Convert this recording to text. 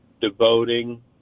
devoting